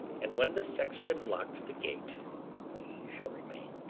and when the sexton lock the gate we shall remain.